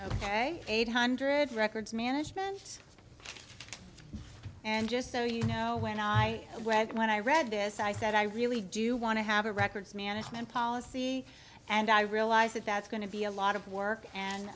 ok eight hundred records management and just so you know when i read when i read this i said i really do want to have a records management policy and i realize that that's going to be a lot of work and